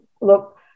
look